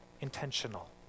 intentional